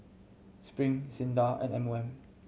Spring SINDA and M O M